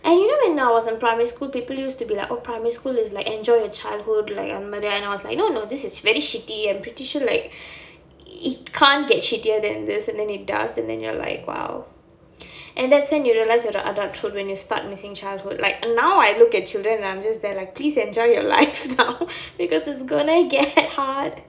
and you know when I was in primary school people used to be like oh primary school is like enjoy your childhood like அந்த மாதிரி:antha maathiri and I was like no no this is very shitty I'm pretty sure like it can't get shittier than this and then it does and then you're like !wow! and that's when you realise you're adulthood when you start missing childhood like now I look at children and I'm just there like please enjoy your life now because it's gonna get hard